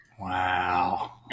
Wow